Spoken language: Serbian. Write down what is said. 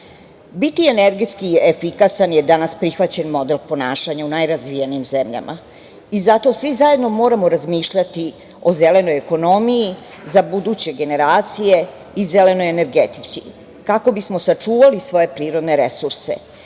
mene. Biti energetski efikasan je danas prihvaćen model ponašanja u najrazvijenijim zemljama i zato svi zajedno moramo razmišljati o zelenoj ekonomiji za buduće generaciji i zelenoj energetici kako bismo sačuvali svoje prirodne resurse